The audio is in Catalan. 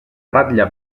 ratlla